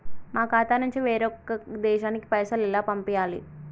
మా ఖాతా నుంచి వేరొక దేశానికి పైసలు ఎలా పంపియ్యాలి?